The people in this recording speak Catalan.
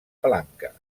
palanca